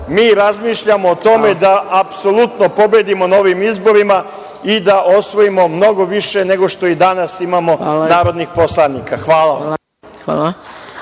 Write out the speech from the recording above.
mi razmišljamo o tome da apsolutno pobedimo na ovim izborima i da osvojimo mnogo više nego što i danas imamo narodnih poslanika. Hvala.